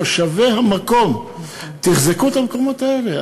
תושבי המקום תחזקו את המקומות האלה.